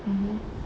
mmhmm